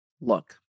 Look